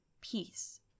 peace